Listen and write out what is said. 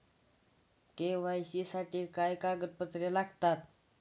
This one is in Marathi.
के.वाय.सी साठी काय कागदपत्रे लागतात?